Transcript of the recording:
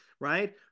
right